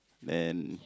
and